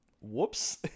whoops